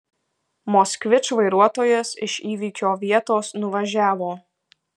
moskvič vairuotojas iš įvykio vietos nuvažiavo